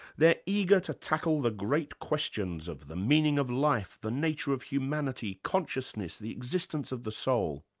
they're eager to tackle the great questions of the meaning of life, the nature of humanity, consciousness, the existence of the soul.